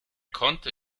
konnte